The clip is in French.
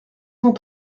cent